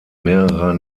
mehrerer